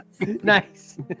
Nice